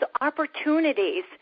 opportunities